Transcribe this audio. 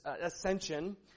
ascension